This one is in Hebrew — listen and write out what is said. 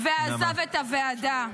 -- ועזב את הוועדה.